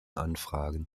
anfragen